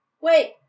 Wait